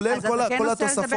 כולל כל התוספות.